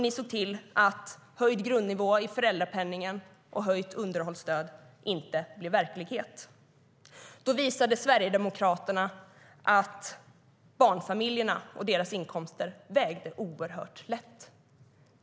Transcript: Ni såg till att höjd grundnivå i föräldrapenningen och höjt underhållsstöd inte blev verklighet. Då visade Sverigedemokraterna att barnfamiljerna och deras inkomster vägde oerhört lätt.